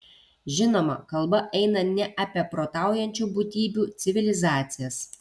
žinoma kalba eina ne apie protaujančių būtybių civilizacijas